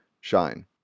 SHINE